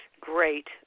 great